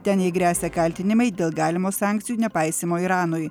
ten jai gresia kaltinimai dėl galimo sankcijų nepaisymo iranui